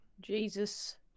Jesus